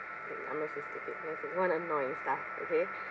I'm going to say stupid want to say what annoying staff okay